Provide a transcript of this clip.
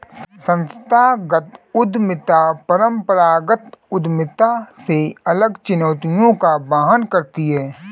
संस्थागत उद्यमिता परंपरागत उद्यमिता से अलग चुनौतियों का वहन करती है